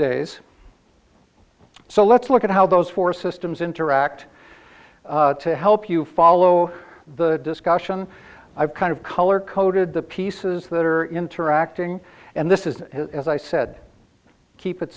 days so let's look at how those four systems interact to help you follow the discussion i've kind of color coded the pieces that are interacting and this is as i said keep it